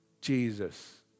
jesus